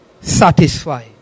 satisfy